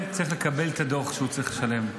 משלם, צריך לקבל את הדוח שהוא צריך לשלם.